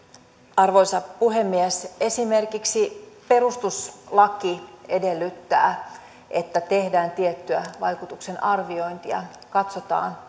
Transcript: arvoisa puhemies esimerkiksi perustuslaki edellyttää että tehdään tiettyä vaikutusten arviointia katsotaan